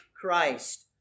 Christ